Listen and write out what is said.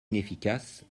inefficace